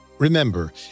Remember